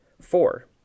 Four